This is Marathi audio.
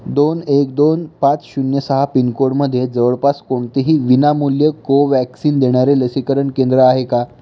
दोन एक दोन पाच शून्य सहा पिनकोडमध्ये जवळपास कोणतेही विनामूल्य कोवॅक्सिन देणारे लसीकरण केंद्र आहे का